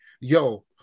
yo